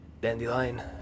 Dandelion